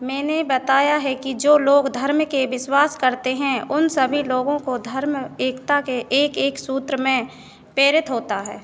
मैंने बताया है कि जो लोग धर्म के बिश्वास करते हैं उन सभी लोगों को धर्म एकता के एक एक सूत्र में प्रेरित होता है